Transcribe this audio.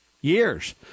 years